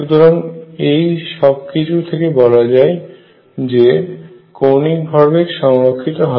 সুতরাং এই সবকিছু থেকে বলা যায় যে কৌণিক ভরবেগ সংরক্ষিত হয়